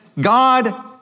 God